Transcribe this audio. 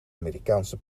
amerikaanse